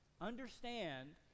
Understand